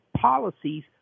policies